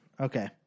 Okay